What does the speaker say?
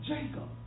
Jacob